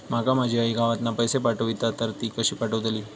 माका माझी आई गावातना पैसे पाठवतीला तर ती कशी पाठवतली?